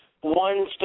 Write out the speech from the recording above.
one